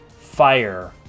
fire